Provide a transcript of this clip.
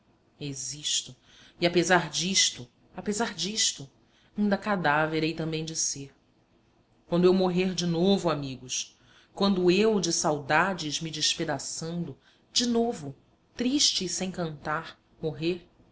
existo existo e apesar disto apesar disto inda cadáver hei também de ser quando eu morrer de novo amigos quando eu de saudades me despedaçando de novo triste e sem cantar morrer